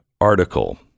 article